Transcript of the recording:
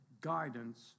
guidance